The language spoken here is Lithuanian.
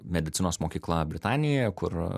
medicinos mokykla britanijoje kur